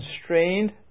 constrained